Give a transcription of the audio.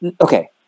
okay